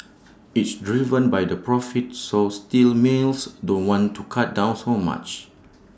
it's driven by the profit so steel mills don't want to cut down so much